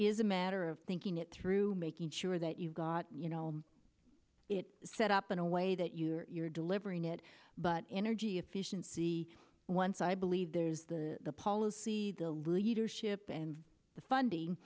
is a matter of thinking it through making sure that you've got you know it set up in a way that you're delivering it but energy efficiency once i believe there's the policy the leadership and the funding